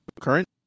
Current